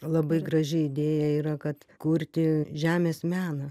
labai graži idėja yra kad kurti žemės meną